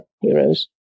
heroes